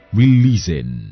releasing